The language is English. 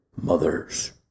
mothers